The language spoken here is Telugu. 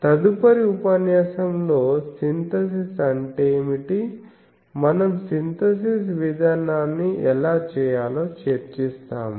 తదుపరి ఉపన్యాసంలో సింథసిస్ అంటే ఏమిటి మనం సింథసిస్ విధానాన్ని ఎలా చేయాలో చర్చిస్తాము